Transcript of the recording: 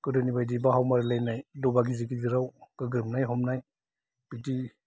गोदोनिबायदि बाहुमारिलायनाय दबा गिदिर गिदिराव गोग्रोमनाय हमनाय बिदि